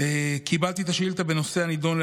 קיבלתי את השאילתה בנושא הנדון.